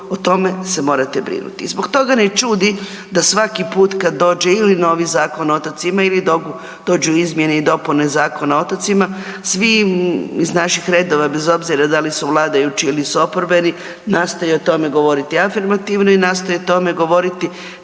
o tome se morate brinuti. I zbog toga ne čudi da svaki put ili kad dođe novi Zakon o otocima ili dođu izmjene i dopune Zakona o otocima svi iz naših redova, bez obzira da li su vladajući ili su oporbeni, nastoje o tome govoriti afirmativno i nastoje o tome govoriti